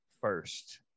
first